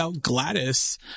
Gladys